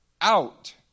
out